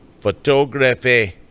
Photography